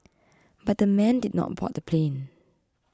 but the men did not board the plane